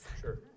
Sure